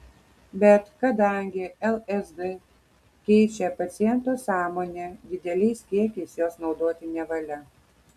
bet kadangi lsd keičia paciento sąmonę dideliais kiekiais jos naudoti nevalia